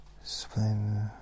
Explain